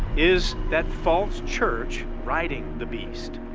is that false church riding the beast.